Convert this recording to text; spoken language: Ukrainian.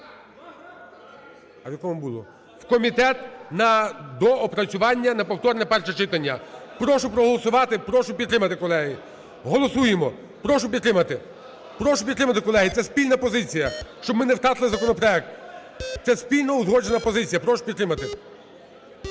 (Шум у залі) В комітет на доопрацювання на повторне перше читання. Прошу проголосувати, прошу підтримати, колеги. Голосуємо. Прошу підтримати. Прошу підтримати, колеги, це спільна позиція, щоб ми не втратили законопроект. Це спільна узгоджена позиція, прошу підтримати.